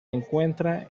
encuentra